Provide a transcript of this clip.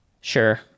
sure